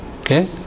okay